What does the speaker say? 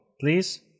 please